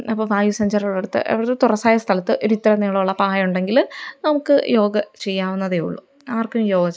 അപ്പോള് വായുസഞ്ചാരമുള്ളിടത്ത് അവിടൊരു തുറസ്സായ സ്ഥലത്ത് ഒരു ഇത്ര നീളമുള്ള പായ ഉണ്ടെങ്കില് നമുക്ക് യോഗ ചെയ്യാവുന്നതേ ഉള്ളു ആർക്കും യോഗ ചെയ്യാം